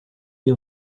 you